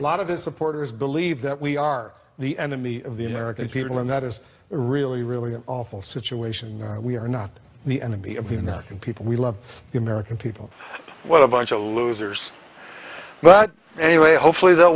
a lot of his supporters believe that we are the enemy of the american people and that is really really an awful situation we are not the enemy of the nothing people we love the american people what a bunch of losers but anyway hopefully they'll